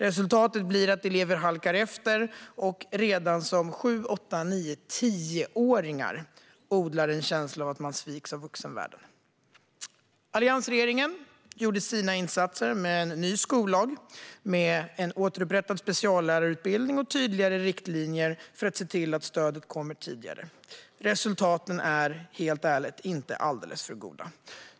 Resultatet blir att elever halkar efter och att de redan som sju, åtta, nio och tioåringar odlar en känsla av att de sviks av vuxenvärlden. Alliansregeringen gjorde sina insatser med en ny skollag, en återupprättad speciallärarutbildning och tydligare riktlinjer för att se till att stödet kommer tidigare. Resultaten är, helt ärligt, inte alltför goda.